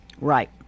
Right